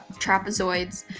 trapezoids,